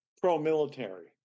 pro-military